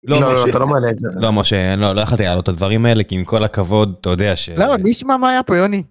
‫לא, לא, אתה לא מעלה את זה. ‫-לא, משה, לא, לא יכולתי לעלות ‫את הדברים האלה, כי עם כל הכבוד, אתה יודע ש... ‫למה, מי ישמע מה היה פה, יוני.